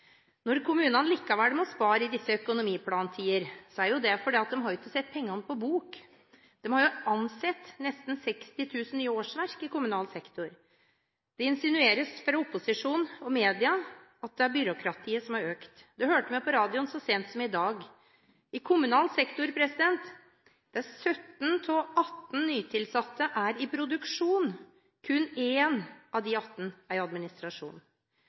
Når kommunene likevel må spare i disse økonomiplantider, er det fordi de ikke har satt pengene på bok. De har opprettet nesten 60 000 nye årsverk i kommunal sektor. Det insinueres fra opposisjonen og media at det er byråkratiet som har økt – det hørte vi på radioen så sent som i dag. I kommunal sektor er 17 av 18 nytilsatte i produksjon, kun 1 av 18 er i administrasjon.